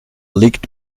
liegt